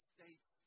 States